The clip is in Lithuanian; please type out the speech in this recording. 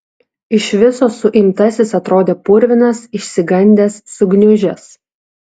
iš viso suimtasis atrodė purvinas išsigandęs sugniužęs